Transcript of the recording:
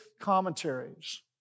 commentaries